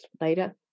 later